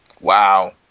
Wow